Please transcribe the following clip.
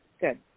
good